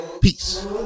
Peace